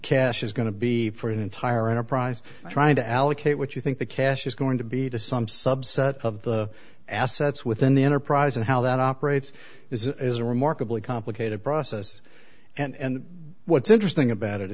cash is going to be for an entire enterprise trying to allocate what you think the cash is going to be to some subset of the assets within the enterprise and how that operates is is a remarkably complicated process and what's interesting about it